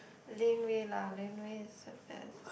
Laneway lah Laneway is the best